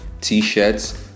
t-shirts